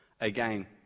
Again